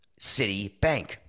Citibank